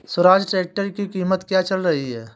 Swaraj tractor की कीमत क्या चल रही है?